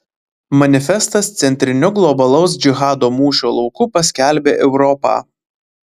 manifestas centriniu globalaus džihado mūšio lauku paskelbė europą